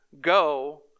Go